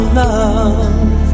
love